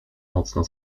mocno